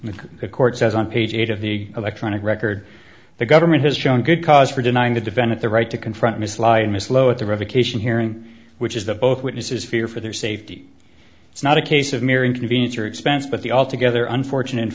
and the court says on page eight of the electronic record the government has shown good cause for denying the defendant the right to confront ms lie and miss low at the revocation hearing which is that both witnesses fear for their safety it's not a case of mere inconvenience or expense but the altogether unfortunate